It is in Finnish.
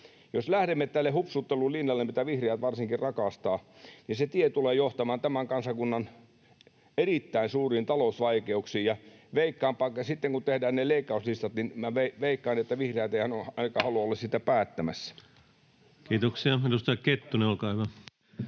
Jos lähdemme tälle hupsuttelulinjalle, mitä vihreät varsinkin rakastavat, niin se tie tulee johtamaan tämän kansakunnan erittäin suuriin talousvaikeuksiin, ja veikkaanpa, että sitten kun tehdään ne leikkauslistat, niin vihreät eivät ainakaan halua olla niistä päättämässä. Kiitoksia. — Edustaja Kettunen, olkaa hyvä.